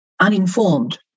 uninformed